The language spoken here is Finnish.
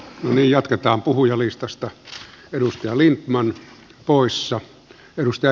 jatketaan puhujalistasta peruste oli man poissa minusta